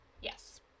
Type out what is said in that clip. Yes